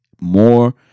more